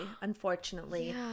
unfortunately